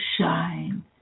shine